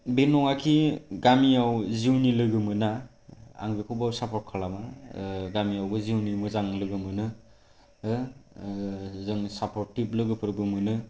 बे नङाखि गामियाव जिउनि लोगो मोना आं बेखौ बाव सापर्त खालामा गामिआवबो जिउनि मोजां लोगो मोनो आरो जों सापरटिभ लोगोफोरबो मोनो